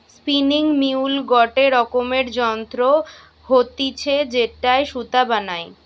spinning mule গটে রকমের যন্ত্র হতিছে যেটায় সুতা বানায়